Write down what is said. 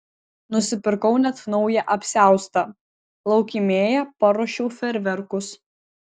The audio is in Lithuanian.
nusipirkau net naują apsiaustą laukymėje paruošiau fejerverkus